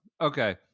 Okay